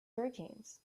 hurricanes